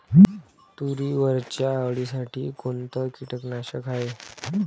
तुरीवरच्या अळीसाठी कोनतं कीटकनाशक हाये?